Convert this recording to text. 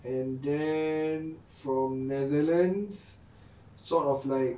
and then from netherlands sort of like